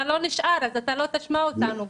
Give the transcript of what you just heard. אתה לא נשאר, אז לא תשמע אותנו.